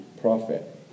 prophet